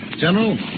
General